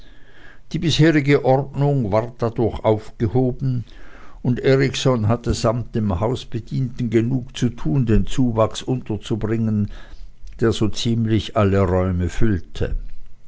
die bisherige ordnung ward dadurch aufgehoben und erikson hatte samt den hausbedienten genug zu tun den zuwachs unterzubringen der so ziemlich alle räume füllte